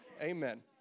Amen